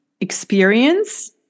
experience